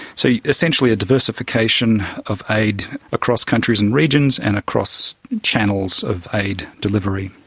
so essentially a diversification of aid across countries and regions and across channels of aid delivery.